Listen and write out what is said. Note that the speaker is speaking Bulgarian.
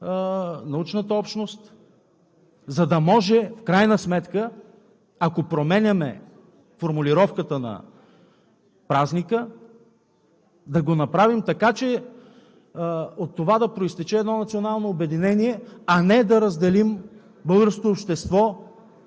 научната общност, за да може в крайна сметка, ако променяме формулировката на празника, да го направим така, че от това да произтече едно национално обединение, а не да разделим българското общество